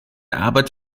arbeit